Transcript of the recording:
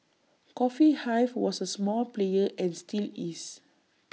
coffee hive was A small player and still is